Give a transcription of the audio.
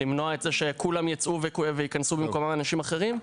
למנוע את זה שכולם יצאו וייכנסו במקומם אנשים אחרים.